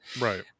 right